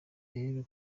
rero